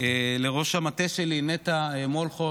לראש המטה שלי נטע מולכו,